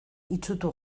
itsutu